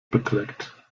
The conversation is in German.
beträgt